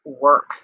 work